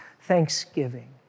Thanksgiving